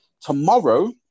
tomorrow